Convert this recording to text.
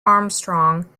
armstrong